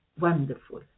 wonderful